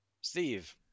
Steve